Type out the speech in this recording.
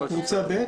או קבוצה ב',